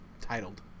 titled